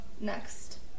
next